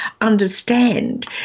understand